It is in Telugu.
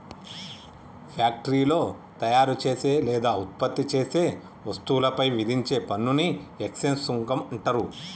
ఫ్యాక్టరీలో తయారుచేసే లేదా ఉత్పత్తి చేసే వస్తువులపై విధించే పన్నుని ఎక్సైజ్ సుంకం అంటరు